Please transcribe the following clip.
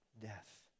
death